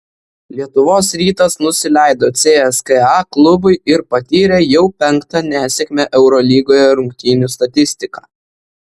lietuvos rytas nusileido cska klubui ir patyrė jau penktą nesėkmę eurolygoje rungtynių statistika